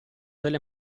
delle